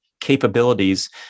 capabilities